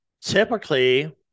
Typically